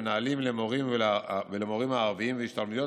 למנהלים ולמורים הערבים והשתלמויות